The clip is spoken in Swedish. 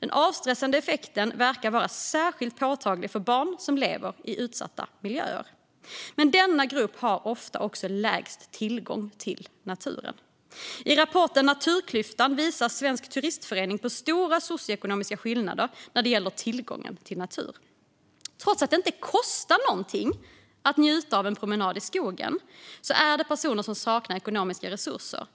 Den avstressande effekten verkar vara särskilt påtaglig för barn som lever i utsatta miljöer, men denna grupp har ofta också lägst tillgång till naturen. I rapporten Naturklyftan - en klassmarkör för barn och unga visar Svenska Turistföreningen på stora socioekonomiska skillnader när det gäller tillgång till natur. Trots att det inte kostar något att njuta av en promenad i skogen är det personer som saknar ekonomiska resurser